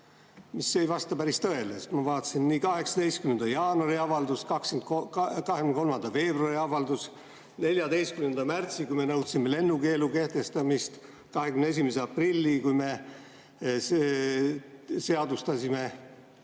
See ei vasta päris tõele. Ma vaatasin nii 18. jaanuari avaldust, 23. veebruari avaldust, 14. märtsi avaldust, kui me nõudsime lennukeelu kehtestamist, 21. aprilli avaldust, kui me seadustasime